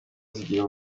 zigira